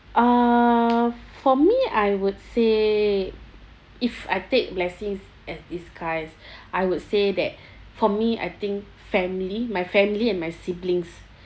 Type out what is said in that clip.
uh for me I would say if I take blessing as disguise I would say that for me I think family my family and my siblings